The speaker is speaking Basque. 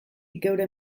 geure